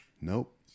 Nope